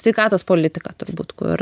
sveikatos politika turbūt kur